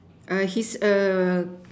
err his err